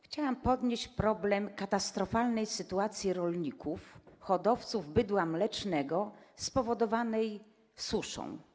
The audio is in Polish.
Chciałam podnieść problem katastrofalnej sytuacji rolników hodowców bydła mlecznego spowodowanej suszą.